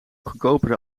goedkopere